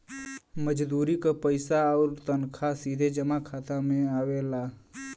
मजदूरी क पइसा आउर तनखा सीधे जमा खाता में आवला